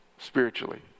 Spiritually